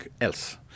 else